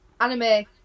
Anime